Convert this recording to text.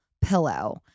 pillow